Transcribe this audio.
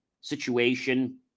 situation